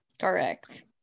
Correct